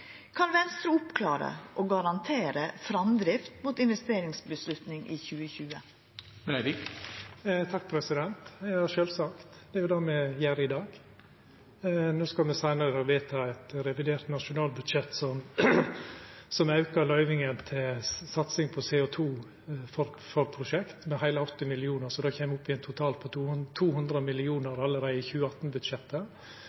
Kan Venstre oppklara og garantera framdrift mot investeringsavgjerd i 2020? Ja, sjølvsagt, det er jo det me gjer i dag. Me skal seinare vedta eit revidert nasjonalbudsjett som aukar løyvingane til satsing på CO 2 -forprosjekt med heile 80 mill. kr, slik at det kjem opp i totalt 200 mill. kr allereie i 2018-budsjettet. Me skal gå vidare med forprosjektet på